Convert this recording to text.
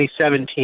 2017